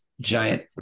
giant